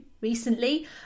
recently